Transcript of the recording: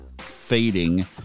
fading